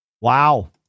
Wow